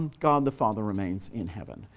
god the father remains in heaven.